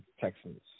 Texans